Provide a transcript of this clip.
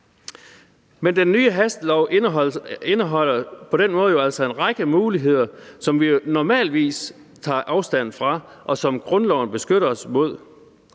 til. Den nye hastelov indeholder på den måde altså en række muligheder, som vi jo normalt tager afstand fra, og som grundloven beskytter os mod,